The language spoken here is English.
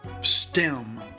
stem